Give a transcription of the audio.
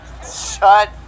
Shut